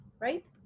right